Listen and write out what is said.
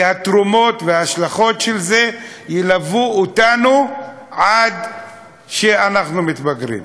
כי התרומה וההשלכות של זה ילוו אותנו עד שאנחנו מתבגרים.